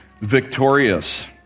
victorious